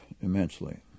immensely